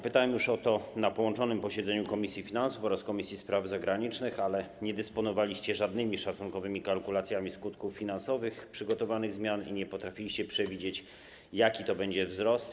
Pytałem już o to na połączonym posiedzeniu Komisji Finansów Publicznych oraz Komisji Spraw Zagranicznych, ale nie dysponowaliście żadnymi szacunkowymi kalkulacjami skutków finansowych przygotowanych zmian i nie potrafiliście przewidzieć, jaki to będzie wzrost.